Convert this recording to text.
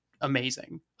amazing